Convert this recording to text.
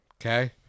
Okay